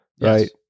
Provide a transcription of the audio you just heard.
right